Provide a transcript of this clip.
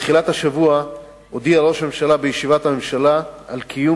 בתחילת השבוע הודיע ראש הממשלה בישיבת הממשלה על קיום